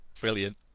brilliant